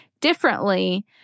differently